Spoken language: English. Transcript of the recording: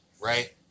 right